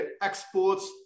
exports